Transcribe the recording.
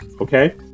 okay